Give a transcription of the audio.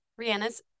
Rihanna's